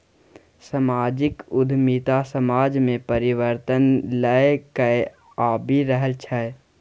समाजिक उद्यमिता समाज मे परिबर्तन लए कए आबि रहल छै